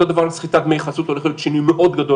אותו דבר על סחיטת דמי חסות הולך להיות שינוי מאוד גדול